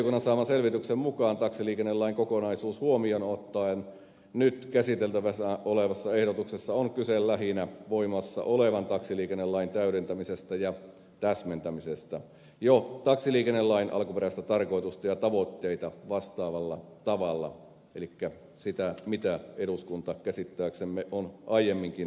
valiokunnan saaman selvityksen mukaan taksiliikennelain kokonaisuus huomioon ottaen nyt käsiteltävänä olevassa ehdotuksessa on kyse lähinnä voimassa olevan taksiliikennelain täydentämisestä ja täsmentämisestä jo taksiliikennelain alkuperäistä tarkoitusta ja tavoitteita vastaavalla tavalla elikkä sillä tavalla mitä eduskunta käsittääksemme on aiemminkin tahtonut